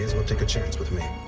take a chance with me.